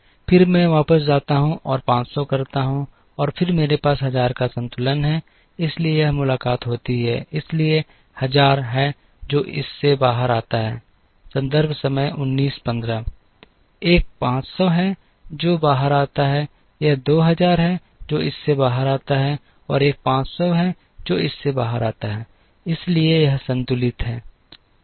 फिर मैं वापस जाता हूं और 500 करता हूं और फिर मेरे पास 1000 का संतुलन है इसलिए यह मुलाकात होती है इसलिए 1000 है जो इस से बाहर आता है एक 500 है जो बाहर आता है यह 2000 है जो इस से बाहर आता है और एक 500 है जो इस से बाहर आता है इसलिए यह संतुलित है